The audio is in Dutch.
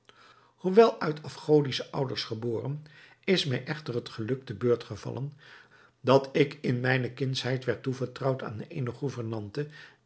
hoewel uit afgodische ouders geboren is mij echter het geluk te beurt gevallen dat ik in mijne kindschheid werd toevertrouwd aan